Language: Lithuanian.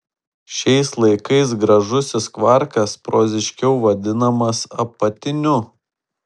šiais laikais gražusis kvarkas proziškiau vadinamas apatiniu